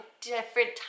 different